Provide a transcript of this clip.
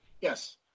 Yes